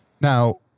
Now